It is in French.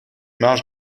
marche